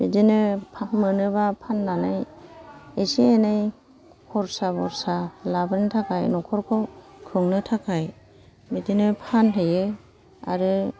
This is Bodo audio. बिदिनो फाब मोनोबा फाननानै एसे एनै खरसा बरसा लाबोनो थाखाय नखरखौ खुंनो थाखाय बिदिनो फानहैयो आरो